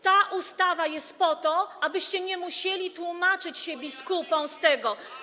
Ta ustawa jest po to, abyście nie musieli tłumaczyć się biskupom z tego.